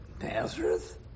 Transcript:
Nazareth